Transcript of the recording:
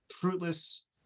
fruitless